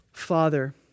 Father